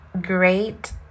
great